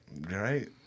Right